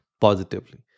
positively